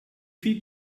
viel